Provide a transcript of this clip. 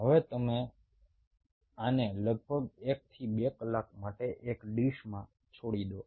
હવે તમે આને લગભગ 1 થી 2 કલાક માટે એક ડીશમાં છોડી દો